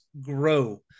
grow